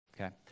okay